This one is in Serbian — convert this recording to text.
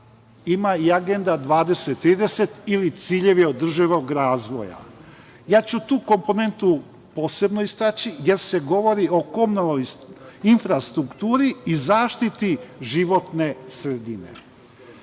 ima i agenda 20-30 ili ciljevi održivog razvoja. Tu komponentu ću posebno istaći, jer se govori o infrastrukturi i zaštiti životne sredine.